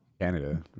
Canada